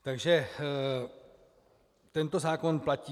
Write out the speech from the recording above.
Takže tento zákon platí.